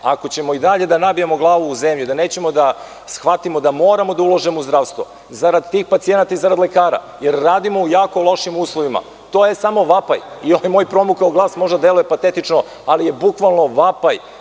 Ako ćemo i dalje da nabijamo glavu u zemlju, da nećemo da shvatimo da moramo da ulažemo u zdravstvo zarad tih pacijenata i zarad lekara, jer radimo u jako lošim uslovima, to je samo vapaj i ovaj moj promukao glas možda deluje patetično, ali je bukvalno vapaj.